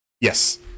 Yes